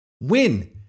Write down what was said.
win